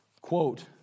quote